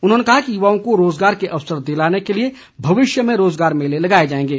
उन्होंने कहा कि युवाओं को रोजगार के अवसर दिलाने के लिए भविष्य में रोजगार मेले लगाए जाएंगे